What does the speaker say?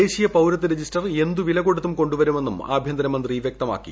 ദേശീയ പൌരത്വ രജിസ്റ്റർ എന്തുവില കൊടുത്തും കൊണ്ടുവരുമെന്നും ആഭ്യന്തര മന്ത്രി വ്യക്തമാക്കി